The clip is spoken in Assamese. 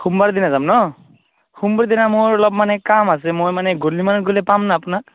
সোমবাৰ দিনা যাম ন সোমবাৰ দিনা মোৰ অলপ মানে কাম আছে মই মানে গধূলি মানত গ'লে পাম না আপোনাক